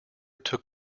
took